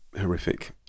horrific